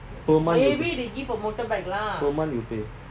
per month you per month you pay